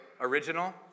Original